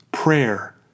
prayer